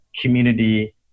community